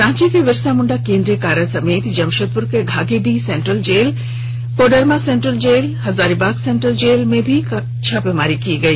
रांची के बिरसा मुंडा केंद्रीय कारा समेत जमशेदपुर के Ghaghidih central jail Koderma central jail Hazaribagh central jail में भी छापेमारी की गई